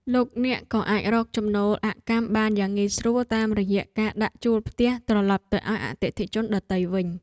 លោកអ្នកក៏អាចរកចំណូលអកម្មបានយ៉ាងងាយស្រួលតាមរយៈការដាក់ជួលផ្ទះត្រឡប់ទៅឱ្យអតិថិជនដទៃវិញ។